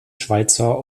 schweizer